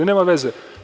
Nema veze.